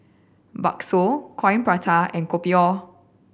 bakso Coin Prata and Kopi O